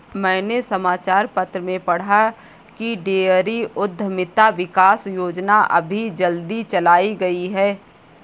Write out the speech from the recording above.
मैंने समाचार पत्र में पढ़ा की डेयरी उधमिता विकास योजना अभी जल्दी चलाई गई है